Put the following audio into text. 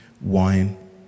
wine